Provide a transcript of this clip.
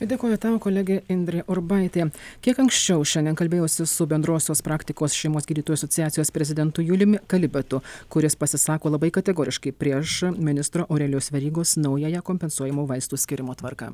dėkoju tau kolegė indrė urbaitė kiek anksčiau šiandien kalbėjausi su bendrosios praktikos šeimos gydytojų asociacijos prezidentu juliumi kalibatu kuris pasisako labai kategoriškai prieš ministro aurelijaus verygos naująją kompensuojamų vaistų skyrimo tvarką